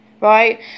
right